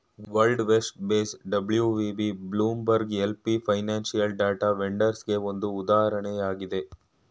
world Vest Base WVB, Bloomberg LP financial data ವೆಂಡರ್ಸ್ಗೆಗೆ ಒಂದು ಉದಾಹರಣೆಯಾಗಿದೆ